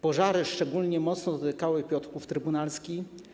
Pożary szczególnie mocno dotykały Piotrków Trybunalski.